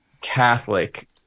catholic